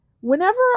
whenever